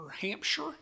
Hampshire